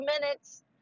minutes